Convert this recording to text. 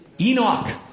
Enoch